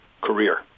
career